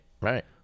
right